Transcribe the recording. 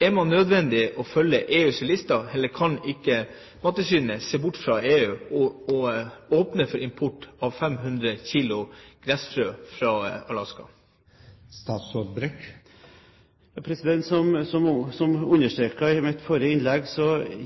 er: Er man nødt til å følge EUs liste? Kan ikke Mattilsynet se bort fra EU og åpne for import av 500 kg gressfrø fra Alaska? Som understreket i mitt forrige innlegg,